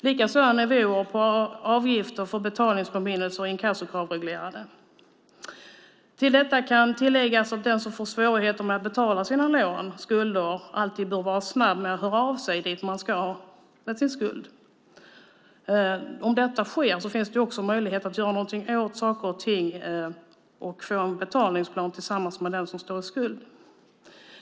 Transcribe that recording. Likaså är nivåer på avgifter för betalningspåminnelser och inkassokrav reglerade. Till detta kan tilläggas att den som får svårigheter att betala sina lån eller skulder alltid bör vara snabb med att höra av sig till den man står i skuld till. Om detta sker finns det också möjlighet att göra någonting åt saker och ting. Det kan upprättas en betalningsplan tillsammans med den man står i skuld till.